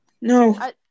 No